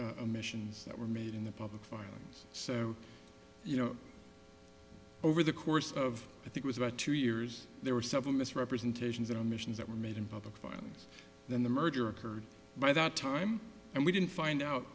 emissions that were made in the public filings so you know over the course of i think was about two years there were several misrepresentations on missions that were made in public phones then the merger occurred by that time and we didn't find out